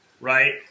right